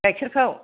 गाइखेरखौ